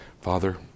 Father